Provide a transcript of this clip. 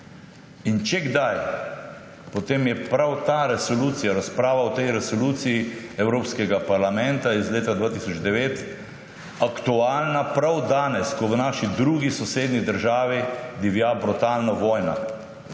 In če kdaj, potem je prav ta resolucija, razprava o tej resoluciji Evropskega parlamenta iz leta 2009 aktualna prav danes, ko v naši drugi sosednji državi divja brutalna vojna.